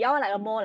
ah